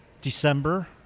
December